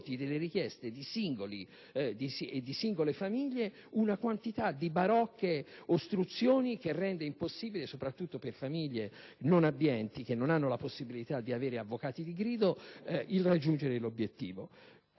delle richieste di singole famiglie, una quantità di barocche ostruzioni che rende impossibile, soprattutto per famiglie non abbienti, che non hanno la possibilità di rivolgersi ad avvocati di grido, il raggiungimento dell'obiettivo.